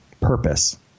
purpose